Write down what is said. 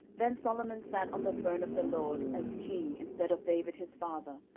then solomon sat on the throne of the lord as king instead of david his father,